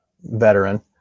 veteran